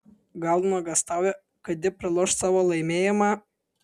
gal nuogąstauja kad ji praloš savo laimėjimą